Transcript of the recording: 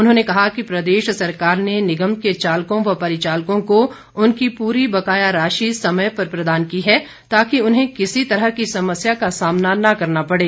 उन्होंने कहा कि प्रदेश सरकार ने निगम के चालकों व परिचालकों को उनकी पूरी बकाया राशि समय पर प्रदान की है ताकि उन्हें किसी तरह की समस्या का सामना न करना पड़े